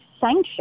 sanction